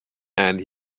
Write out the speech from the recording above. and